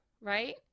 right